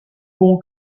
bon